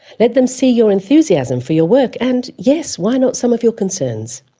let them see your enthusiasm for your work and, yes, why not some of your concerns.